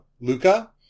Luca